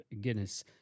Guinness